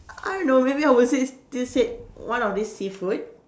I don't know maybe I would say still say one of this seafood